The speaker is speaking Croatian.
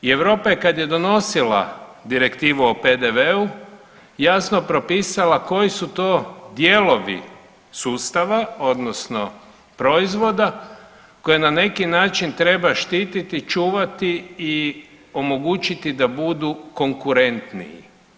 I Europa je kad je donosila Direktivu o PDV-u jasno propisala koji su to dijelovi sustava odnosno proizvoda koje na neki način treba štiti, čuvati i omogućiti da budu konkurentniji.